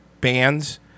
bands